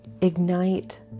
ignite